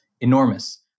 enormous